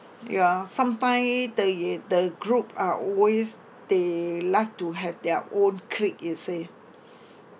ya sometime they the group are always they like to have their own clique you see